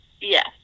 Yes